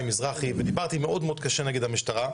מזרחי ודיברתי מאוד מאוד קשה נגד המשטרה,